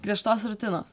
griežtos rutinos